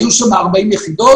היו שם 40 יחידות,